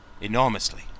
enormously